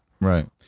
right